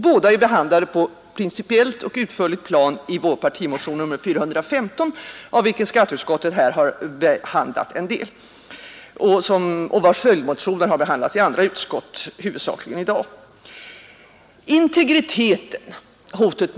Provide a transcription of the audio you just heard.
Båda är behandlade på ett principiellt plan i vår partimotion nr 415, varav skatteutskottet här behandlat en del och vars följdmotioner har behandlats av andra utskott, som framlagt sina betänkanden i dag.